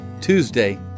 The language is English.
Tuesday